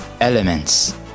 elements